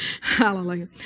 Hallelujah